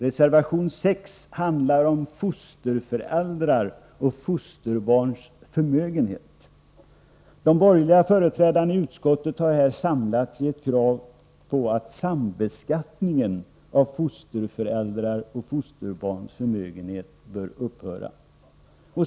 Reservation 6 handlar om fosterföräldrars och fosterbarns förmögenhet. De borgerliga företrädarna i utskottet har här samlats i ett krav på att sambeskattningen av fosterföräldrars och fosterbarns förmögenhet bör upphöra.